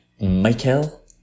Michael